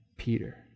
peter